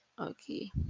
okay